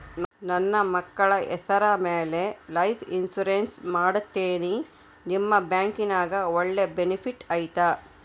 ನನ್ನ ಮಕ್ಕಳ ಹೆಸರ ಮ್ಯಾಲೆ ಲೈಫ್ ಇನ್ಸೂರೆನ್ಸ್ ಮಾಡತೇನಿ ನಿಮ್ಮ ಬ್ಯಾಂಕಿನ್ಯಾಗ ಒಳ್ಳೆ ಬೆನಿಫಿಟ್ ಐತಾ?